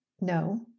No